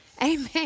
Amen